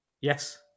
Yes